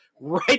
right